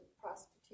prostitution